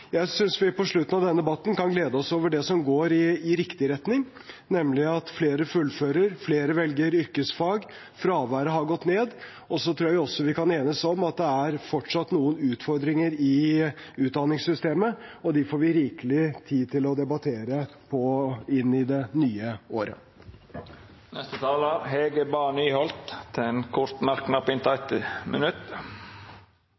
Jeg synes vi på slutten av denne debatten kan glede oss over det som går i riktig retning, nemlig at flere fullfører, at flere velger yrkesfag, og at fraværet har gått ned. Jeg tror også vi kan enes om at det fortsatt er noen utfordringer i utdanningssystemet. De får vi rikelig med tid til å debattere i det nye året. Representanten Hege Bae Nyholt har hatt ordet to gonger tidlegare i debatten og får ordet til ein kort merknad,